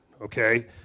okay